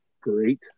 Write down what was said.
Great